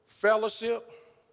fellowship